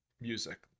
music